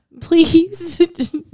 Please